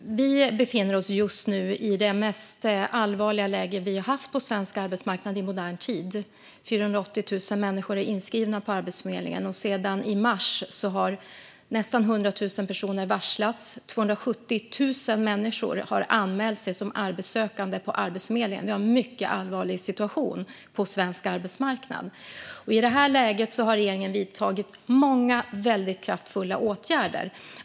Fru talman! Vi befinner oss just nu i det allvarligaste läge som vi har haft på svensk arbetsmarknad i modern tid. 480 000 människor är inskrivna på Arbetsförmedlingen. Sedan i mars har nästan 100 000 personer varslats, och 270 000 människor har anmält sig som arbetssökande på Arbetsförmedlingen. Vi har en mycket allvarlig situation på svensk arbetsmarknad. I detta läge har regeringen vidtagit många väldigt kraftfulla åtgärder.